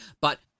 But-